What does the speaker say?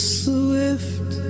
swift